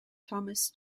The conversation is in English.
thomas